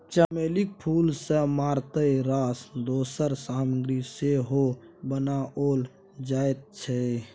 चमेलीक फूल सँ मारिते रास दोसर सामग्री सेहो बनाओल जाइत छै